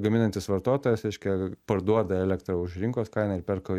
gaminantis vartotojas reiškia parduoda elektrą už rinkos kainą ir perka